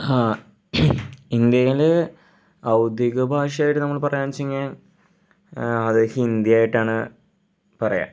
ഹാ ഇന്ത്യയിൽ ഔദ്യോഗിക ഭാഷയായിട്ട് നമ്മൾ പറയുകയെന്ന് വെച്ചു കഴിഞ്ഞാൽ അത് ഹിന്ദി ആയിട്ടാണ് പറയുക